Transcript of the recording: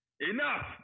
Enough